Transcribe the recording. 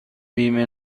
بیمه